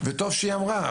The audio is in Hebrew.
וטוב שהיא אמרה,